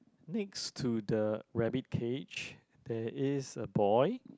next to the rabbit cage there is a boy